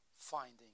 finding